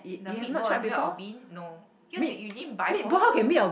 the meatball is made of bean no cause you didn't buy for me